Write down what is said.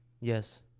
Yes